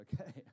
okay